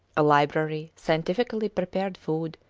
a library, scientifically prepared food,